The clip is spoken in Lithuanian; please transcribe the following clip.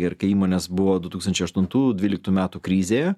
ir kai įmonės buvo du tūkstančiai aštuntų dvyliktų metų krizėje